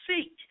seek